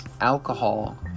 Alcohol